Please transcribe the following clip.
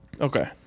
Okay